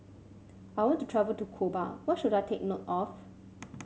I want to travel to Cuba what should I take note of